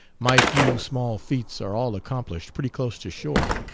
my few small feats are all accomplished pretty close to shore.